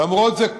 למרות זאת,